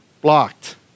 blocked